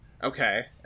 Okay